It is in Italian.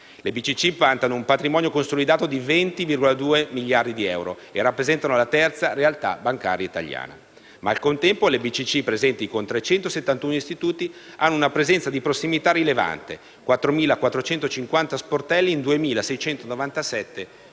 Le BCC vantano un patrimonio consolidato di 20,2 miliardi di euro e rappresentano la terza realtà bancaria italiana. Ma al contempo le BCC, presenti con 371 istituti, hanno una presenza di prossimità rilevante, con 4.450 sportelli in 2.697 Comuni